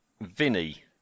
Vinny